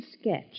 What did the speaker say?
sketch